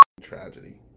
tragedy